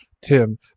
Tim